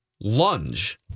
lunge